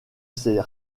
s’est